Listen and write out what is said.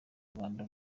rwanda